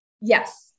Yes